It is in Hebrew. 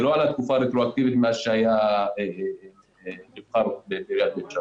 זה לא על התקופה רטרואקטיבית מאז שהוא היה נבחר בעיריית בית שאן.